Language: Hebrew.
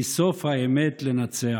כי סוף האמת לנצח.